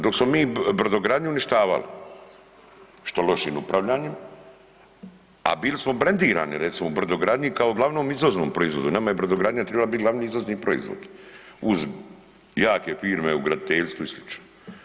Dok smo mi brodogradnju uništavali, što lošim upravljanjem, a bili smo brendirani recimo u brodogradnji kao glavnom izvoznom proizvodu, nama je brodogradnja trebala biti glavni izvozni proizvod uz jake firme u graditeljstvu i slično.